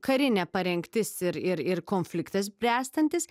karinė parengtis ir ir ir konfliktas bręstantis